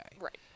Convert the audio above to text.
Right